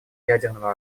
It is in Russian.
ядерного